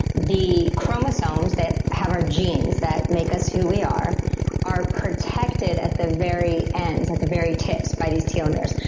the chromosomes that have our genes that make us who we are are protected at the very ends, at the very tips, by these telomeres.